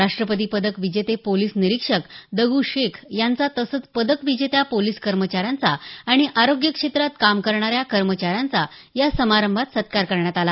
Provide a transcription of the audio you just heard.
राष्ट्रपती पदक विजेते पोलीस निरीक्षक दगू शेख यांचा तसंच पदक विजेत्या पोलीस कर्मचाऱ्यांचा आणि आरोग्य क्षेत्रात काम करणाऱ्या कर्मचाऱ्यांचा या समारंभात सत्कार करण्यात आला